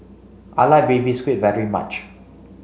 I like baby squid very much